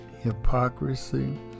hypocrisy